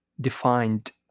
defined